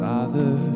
Father